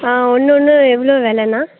ஒன்னொன்றும் எவ்வளோ விலண்ணா